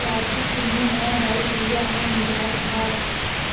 राजू तुमने नया बाइक लिया है मुबारकबाद